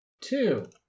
Two